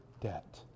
debt